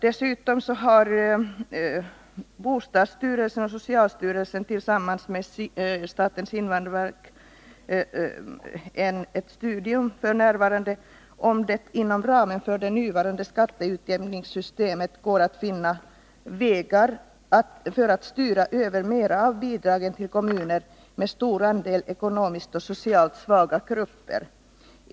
Dessutom studerar f. n. bostadsstyrelsen och socialstyrelsen tillsammans med statens invandrarverk om det inom ramen för det nuvarande skatteutjämningssystemet går att finna vägar för att styra över mera av bidragen till kommuner med stor andel ekonomiskt och socialt svaga grupper.